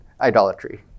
idolatry